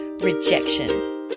rejection